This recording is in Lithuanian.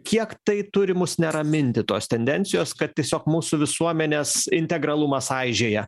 kiek tai turi mus neraminti tos tendencijos kad tiesiog mūsų visuomenės integralumas aižėja